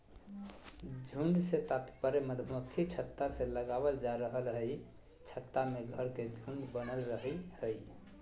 झुंड से तात्पर्य मधुमक्खी छत्ता से लगावल जा रहल हई छत्ता में घर के झुंड बनल रहई हई